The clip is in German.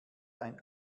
ein